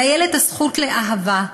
לילד הזכות לאהבה,